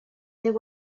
there